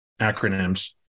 acronyms